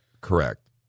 Correct